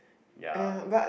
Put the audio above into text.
ya